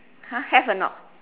!huh! have or not